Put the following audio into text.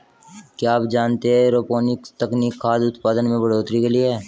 क्या आप जानते है एरोपोनिक्स तकनीक खाद्य उतपादन में बढ़ोतरी के लिए है?